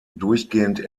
durchgehend